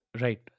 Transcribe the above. Right